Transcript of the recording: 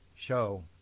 Show